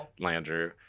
Landrew